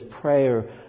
prayer